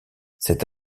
cette